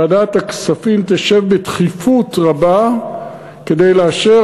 ועדת הכספים תשב בדחיפות רבה כדי לאשר